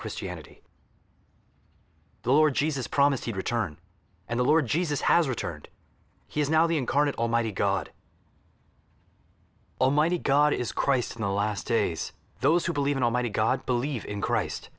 christianity the lord jesus promised he'd return and the lord jesus has returned he is now the incarnate almighty god almighty god is christ in the last days those who believe in almighty god believe in christ